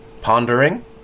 pondering